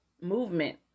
movement